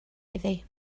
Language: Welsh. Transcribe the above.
iddi